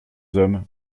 hommes